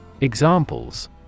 Examples